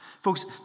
Folks